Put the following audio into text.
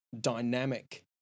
dynamic